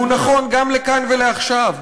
והוא נכון גם לכאן ועכשיו,